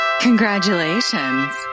Congratulations